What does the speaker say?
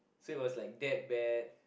so it was like that bad